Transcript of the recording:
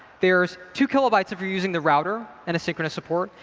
there's two kilobytes of you're using the router and asynchronous support,